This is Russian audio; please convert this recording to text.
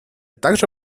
также